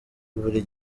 buri